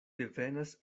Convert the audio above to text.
devenas